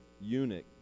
eunuch